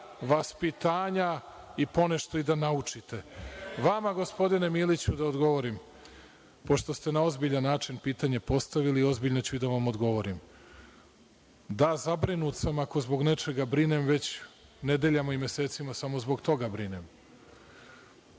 vaspitanja i ponešto i da naučite. Vama, gospodine Miliću, da odgovorim, pošto ste na ozbiljan način pitanje postavili i ozbiljno ću da vam i odgovorim. Da, zabrinut sam. Ako zbog nečega brinem već nedeljama i mesecima, samo zbog toga brinem.